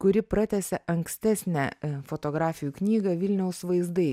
kuri pratęsia ankstesnę fotografijų knygą vilniaus vaizdai